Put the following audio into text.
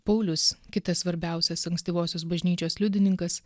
paulius kitas svarbiausias ankstyvosios bažnyčios liudininkas